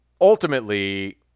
ultimately